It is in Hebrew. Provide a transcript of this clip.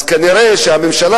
אז כנראה הממשלה